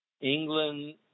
England